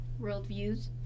Worldviews